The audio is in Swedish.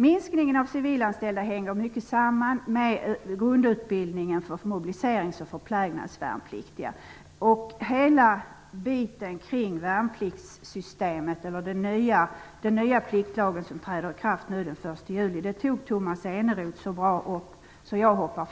Minskningen av civilanställda hänger mycket samman med grundutbildningen för mobiliseringsoch förplägnadsvärnpliktiga. Tomas Eneroth tog på ett så bra sätt upp frågan om den nya pliktlagen som träder i kraft den 1 juli, så jag hoppar